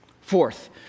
fourth